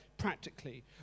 practically